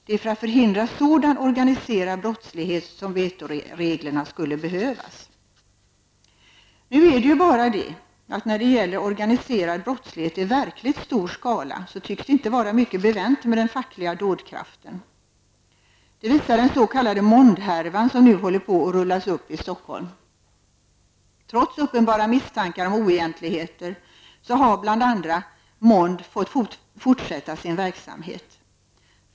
Det är för att förhindra sådan organiserad brottslighet som vetoreglerna skulle behövas. Nu är det ju bara det att när det gäller organiserad brottslighet i verkligt stor skala tycks det inte vara mycket bevänt med den fackliga dådkraften. Det visar den s.k. Mondhärvan som nu håller på att rullas upp i Stockholm. Trots uppenbara misstankar om oegentligheter har bl.a. Mond fått fortsätta sin verksamhet.